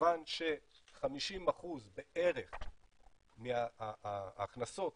כיוון ש-50% בערך מההכנסות